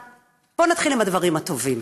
בואו נתחיל עם הדברים הטובים,